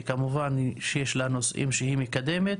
שיש לה נושאים שהיא מקדמת,